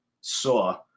saw